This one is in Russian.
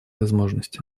возможности